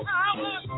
Power